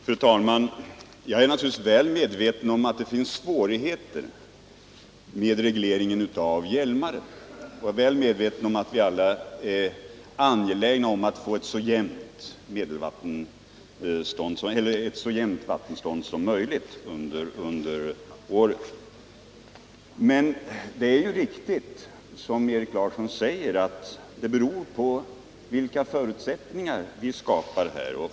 Fru talman! Jag är naturligtvis väl medveten om att det finns svårigheter med regleringen av Hjälmaren. Jag är också väl medveten om att vi alla är angelägna om att få ett så jämnt vattenstånd som möjligt under året. Det är riktigt, som Erik Larsson säger, att det beror på vilka förutsättningar vi skapar.